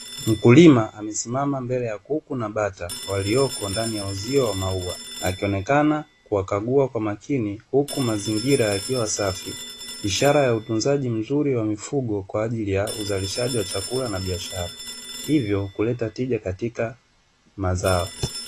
Mkulima amesimama mbele ya kuku na bata walioko ndani ya uzio wa maua akionekana kuwakagua kwa makini huku mazingira yakiwa safi ishara ya utunzaji mzuri wa mifugo kwa ajili ya uzalishaji wa chakula na biashara hivyo kuleta tija katika mazao